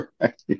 Right